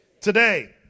Today